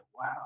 wow